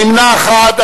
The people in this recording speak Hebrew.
נמנע אחד.